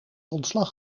ontslag